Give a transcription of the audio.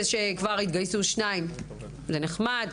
זה שכבר התגייסו שניים זה נחמד,